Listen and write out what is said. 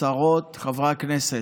השרות, חברי הכנסת,